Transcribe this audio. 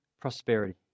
prosperity